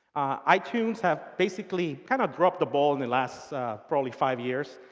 itunes have basically kind of dropped the ball in the last probably five years.